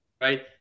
right